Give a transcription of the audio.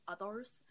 others